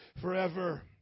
forever